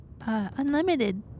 unlimited